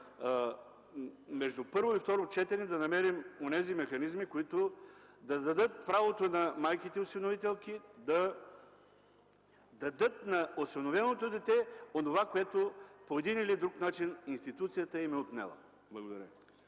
между първо и второ четене да намерим онези механизми, които да предоставят правото на майките-осиновителки да дадат на осиновеното дете онова, което по един или друг начин институцията му е отнела. Благодаря.